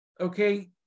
okay